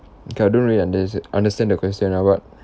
okay I don't really unders~ understand the question ah but